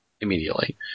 immediately